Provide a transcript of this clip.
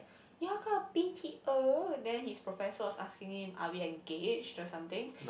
ya kind of b_t_o then his professor was asking him are we engage or something